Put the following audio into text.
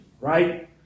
right